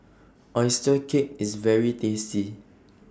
Oyster Cake IS very tasty